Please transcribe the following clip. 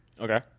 Okay